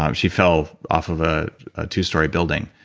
um she fell off of a two-story building,